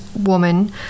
woman